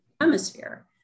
Hemisphere